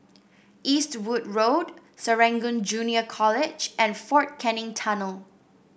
Eastwood Road Serangoon Junior College and Fort Canning Tunnel